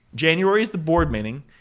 january is the board meeting,